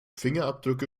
fingerabdrücke